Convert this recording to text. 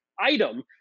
item